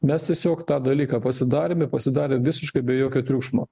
mes tiesiog tą dalyką pasidarėme pasidarė visiškai be jokio triukšmo